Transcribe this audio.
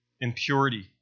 impurity